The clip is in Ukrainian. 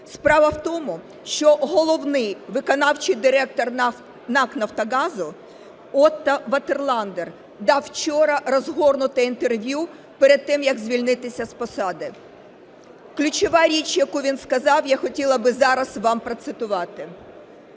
Справа в тому, що головний виконавчий директор НАК "Нафтогазу" Отто Ватерландер дав вчора розгорнуте інтерв'ю перед тим як звільнитися з посади. Ключову річ, яку він сказав, я хотіла би зараз вам процитувати.